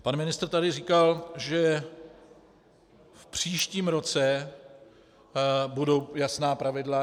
Pan ministr tady říkal, že v příštím roce budou jasná pravidla.